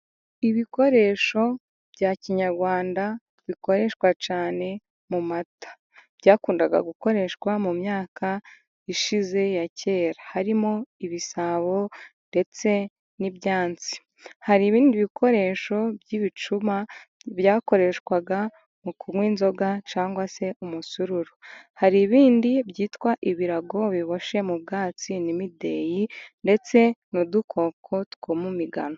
Ibikoresho bya kinyarwanda bikoreshwa cyane mu mata, byakundaga gukoreshwa mu myaka ishize ya kera, harimo ibisabo ndetse n'ibyansi, hari ibindi bikoresho by'ibicuma byakoreshwaga mu kunwa inzoga cyangwa se umusururu, hari ibindi byitwa ibirago biboshye mu bwatsi n'imideyi, ndetse n'udukoko two mu migano.